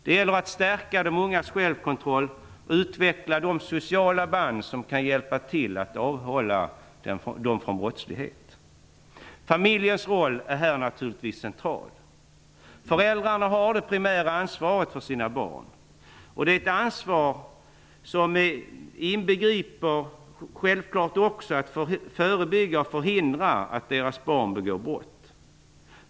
Det gäller att stärka de ungas självkontroll och utveckla de sociala band som kan hjälpa till att avhålla dem från brottslighet. Familjens roll är naturligtvis central. Föräldrarna har det primära ansvaret för sina barn, och det är ett ansvar som självklart också inbegriper att förebygga och förhindra att deras barn begår brott.